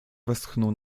westchnął